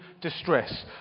distress